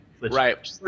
right